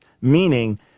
meaning